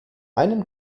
einen